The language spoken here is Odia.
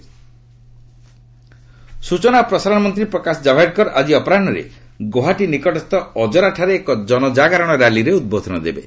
ଗୌହାଟୀ ଜାଭେଡକର ସ୍ଚଚନା ଓ ପ୍ରସାରଣ ମନ୍ତ୍ରୀ ପ୍ରକାଶ ଜାଭେଡକର ଆଜି ଅପରାହ୍ରରେ ଗୌହାଟୀ ନିକଟସ୍ଥ ଅଜରାଠାରେ ଏକ ଜନଜାଗରଣ ର୍ୟାଲିରେ ଉଦ୍ବୋଧନ ଦେବେ